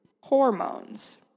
hormones